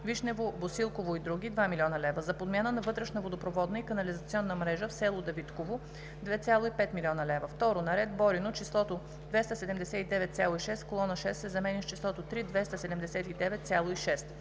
Вишнево, Босилково и други – 2 млн. лв. - за подмяна на вътрешна водопроводна и канализационна мрежа в село Давидково – 2,5 млн. лв. 2. На ред Борино числото „279,6“ в колона 6 се заменя с числото „3 279,6“.